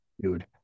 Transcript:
dude